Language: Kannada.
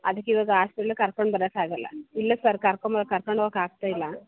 ಅದಕ್ಕೆ ಇವಾಗ ಆಸ್ಪಿಟ್ಲ್ಗೆ ಕರ್ಕೊಂಡು ಬರೋಕ್ಕಾಗಲ್ಲ ಇಲ್ಲ ಸರ್ ಕರ್ಕೊಂಡ್ಬರ ಕರ್ಕೊಂಡು ಹೋಗಕ್ ಆಗ್ತಾ ಇಲ್ಲ